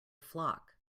flock